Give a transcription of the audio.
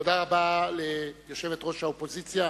תודה רבה ליושבת-ראש האופוזיציה.